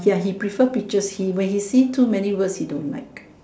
ya he prefer pictures he when he see too many words he don't like